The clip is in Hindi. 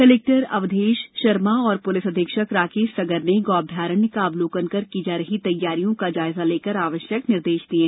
कलेक्टर अवधेश शर्मा व पुलिस अधीक्षक राकेश सगर ने गौ अभ्यारण्य का अवलोकन कर की जा रही तैयारियों का जायजा लेकर आवश्यक दिशा निर्देश दिये